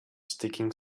sticking